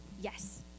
yes